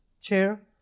chair